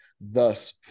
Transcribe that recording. thus